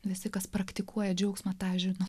visi kas praktikuoja džiaugsmą tą žino